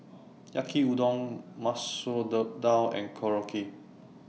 Yaki Udon Masoor Dal and Korokke